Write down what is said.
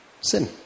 sin